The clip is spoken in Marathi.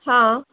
हां